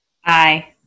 Hi